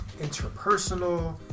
interpersonal